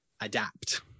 adapt